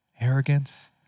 arrogance